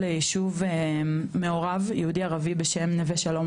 ליישוב מעורב יהודי ערבי בשם נווה שלום,